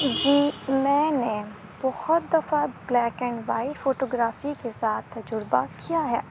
جی میں نے بہت دفعہ بلیک اینڈ وائٹ فوٹوگرافی کے ساتھ تجربہ کیا ہے